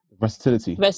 Versatility